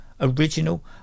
original